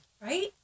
right